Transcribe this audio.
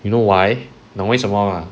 you know why 你懂为什么吗